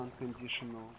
unconditional